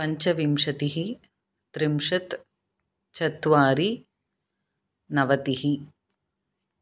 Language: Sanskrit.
पञ्चविंशतिः त्रिंशत् चत्वारि नवतिः